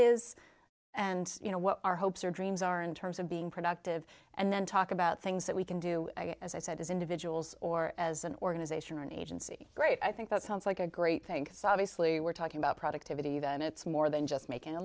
is and you know what our hopes and dreams are in terms of being productive and then talk about things that we can do as i said as individuals or as an organization or an agency great i think that sounds like a great thing so obviously we're talking about productivity that it's more than just making a